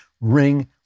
Ring